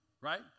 Right